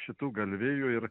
šitų galvijų ir